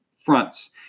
fronts